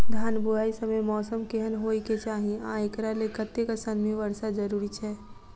धान बुआई समय मौसम केहन होइ केँ चाहि आ एकरा लेल कतेक सँ मी वर्षा जरूरी छै?